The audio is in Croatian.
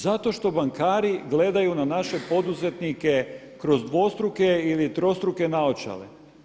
Zato što bankari gledaju na naše poduzetnike kroz dvostruke ili trostruke naočale.